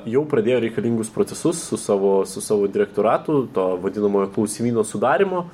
jau pradėjo reikalingus procesus su savo su savo direktoratu to vadinamojo klausimyno sudarymo